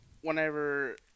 whenever